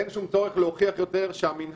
אין שום צורך להוכיח יותר שהמנהל,